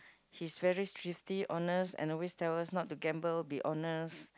he's very thrifty honest and always tell us not to gamble be honest